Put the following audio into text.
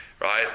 right